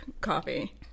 coffee